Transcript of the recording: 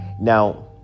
Now